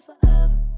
forever